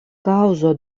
kaŭzo